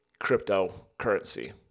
cryptocurrency